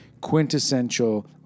quintessential